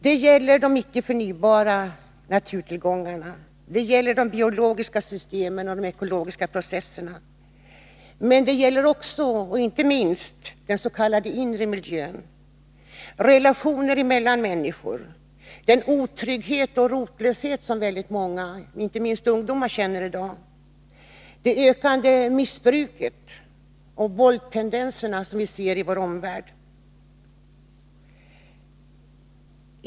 Det gäller de icke förnybara naturtillgångarna, de biologiska systemen och de ekologiska processerna, men också, och inte minst, dens.k. inre miljön — relationer mellan människor, den otrygghet och rotlöshet som väldigt många, inte minst ungdomar, känner i dag, det ökade missbruket av olika slag och våldstendenserna i vår omvärld.